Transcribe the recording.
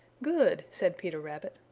good, said peter rabbit,